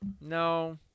no